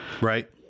Right